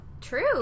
true